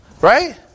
right